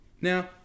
Now